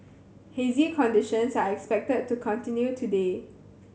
hazy conditions are expected to continue today